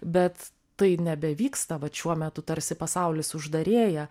bet tai nebevyksta vat šiuo metu tarsi pasaulis uždarėja